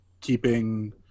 keeping